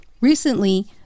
Recently